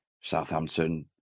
Southampton